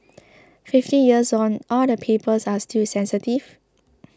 fifty years on all the papers are still sensitive